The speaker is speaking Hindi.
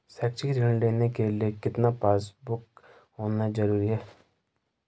शैक्षिक ऋण लेने के लिए कितना पासबुक होना जरूरी है?